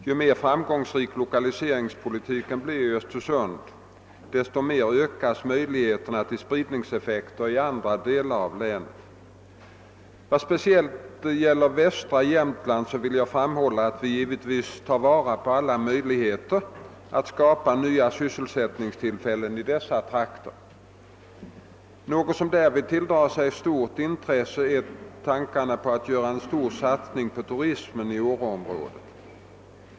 Ju mer framgångsrik lokaliseringspolitiken blir i Östersund desto mer ökas möjligheterna till spridningseffekter i andra delar av länet. Vad speciellt gäller västra Jämtland vill jag framhålla att vi givetvis tar vara på alla möjligheter att skapa nya sysselsättningstillfällen i dessa trakter. Något som därvid tilldrar sig stort intresse är tankarna på att göra en stor satsning på turismen i Åreområdet.